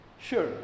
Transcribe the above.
Sure